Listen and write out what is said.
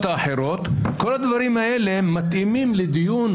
האחרות כל הדברים האלה מתאימים לדיון,